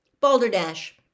balderdash